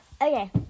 Okay